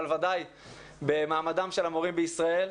אבל ודאי במעמדם של המורים בישראל.